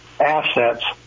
assets